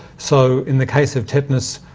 so, in the case of tetanus,